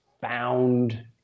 found